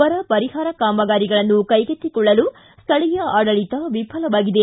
ಬರಪರಿಹಾರ ಕಾಮಗಾರಿಗಳನ್ನು ಕೈಗೆತ್ತಿಕೊಳ್ಳಲು ಸ್ಥಳೀಯ ಆಡಳಿತ ವಿಫಲವಾಗಿದೆ